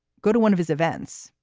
go to one of his events.